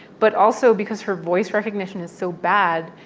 but also because her voice recognition is so bad,